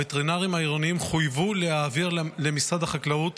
הווטרינרים העירוניים חויבו להעביר למשרד החקלאות